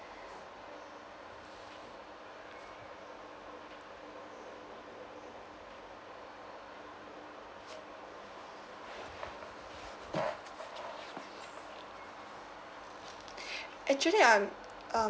actually I'm um